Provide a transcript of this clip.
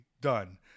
Done